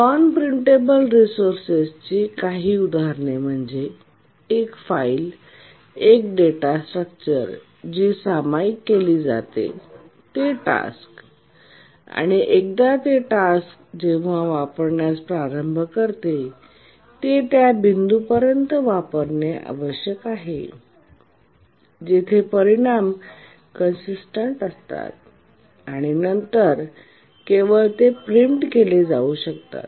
non preemptable resources ची काही उदाहरणे म्हणजे एक फाईल एक डेटा स्ट्रक्चर जी सामायिक केली जाते ते टास्क आणि एकदा ते टास्क जेव्हा ते वापरण्यास प्रारंभ करते ते त्या बिंदूपर्यंत वापरणे आवश्यक आहे जेथे परिणाम कंसिस्टंट असतात आणि नंतर केवळ ते प्रिम्प्ट केले जाऊ शकतात